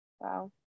Wow